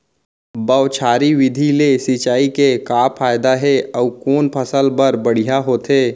बौछारी विधि ले सिंचाई के का फायदा हे अऊ कोन फसल बर बढ़िया होथे?